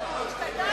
אתה לא יודע?